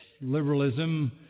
Liberalism